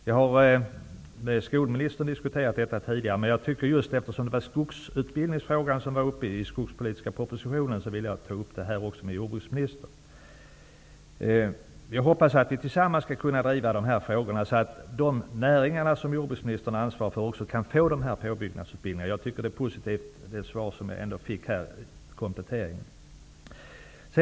Jag har tidigare diskuterat detta med skolministern, men eftersom just skogsutbildningsfrågan behandlades i den skogspolitiska propositionen ville jag ta upp den också med jordbruksministern. Jag hoppas att vi tillsammans skall kunna driva de här frågorna, så att de näringar som jordbruksministern har ansvar för också kan få dessa påbyggnadsutbildningar. Det kompletterande svar som jag här fick var ändå positivt.